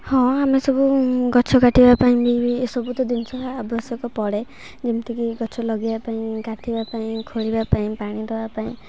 ହଁ ଆମେ ସବୁ ଗଛ କାଟିବା ପାଇଁ ବି ଏସବୁ ତ ଜିନିଷ ଆବଶ୍ୟକ ପଡ଼େ ଯେମିତିକି ଗଛ ଲଗାଇବା ପାଇଁ କାଠିବା ପାଇଁ ଖୋଳିବା ପାଇଁ ପାଣି ଦେବା ପାଇଁ